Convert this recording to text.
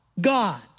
God